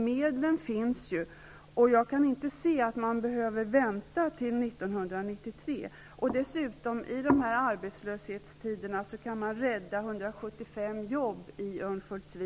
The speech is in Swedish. Medlen finns ju, så jag kan inte se att man skall behöva vänta till 1993. Dessutom kan man med dessa beställningar i de arbetslöshetstider som råder rädda 175 jobb i